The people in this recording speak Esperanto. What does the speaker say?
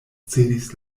cedis